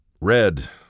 Red